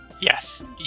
Yes